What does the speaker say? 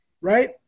right